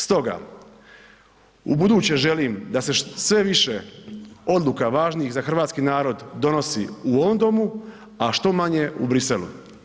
Stoga, ubuduće želim da se sve više odluka važnih za hrvatski narod donosi u ovom domu, a što manje u Bruxellesu.